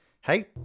hey